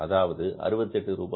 அதாவது 68 மற்றும் 64